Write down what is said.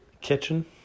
kitchen